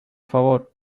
favor